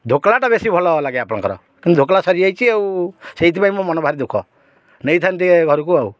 ଢୋକଲାଟା ବେଶୀ ଭଲ ଲାଗେ ଆପଣଙ୍କର କିନ୍ତୁ ଢୋକଲା ସରିଯାଇଛି ଆଉ ସେଇଥିପାଇଁ ମୁଁ ମନ ଭାରି ଦୁଃଖ ନେଇଥାନ୍ତି ଘରକୁ ଆଉ